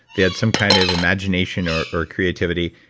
they had some kind of imagination or or creativity,